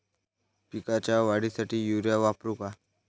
पिकाच्या वाढीसाठी युरिया वापरू का?